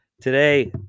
Today